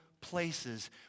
places